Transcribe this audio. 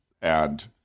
and-